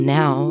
now